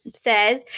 says